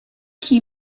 qui